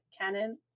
Canon